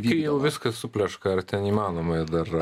jei jau viskas supleška ar ten įmanoma dar